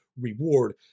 reward